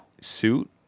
suit